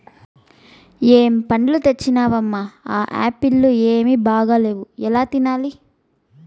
ఏం పండ్లు తెచ్చినవమ్మ, ఆ ఆప్పీల్లు ఏమీ బాగాలేవు ఎలా తినాలి